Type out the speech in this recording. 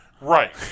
Right